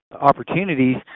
opportunities